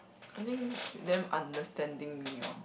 I think damn understanding me lor